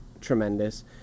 tremendous